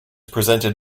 presented